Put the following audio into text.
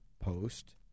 post